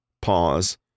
pause